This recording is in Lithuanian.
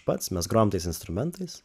pats mes grojam tais instrumentais